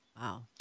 Wow